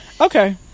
Okay